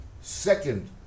Second